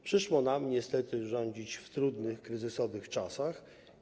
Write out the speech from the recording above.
Przyszło nam niestety rządzić w trudnych, kryzysowych czasach.